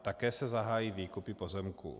Také se zahájí výkupy pozemků.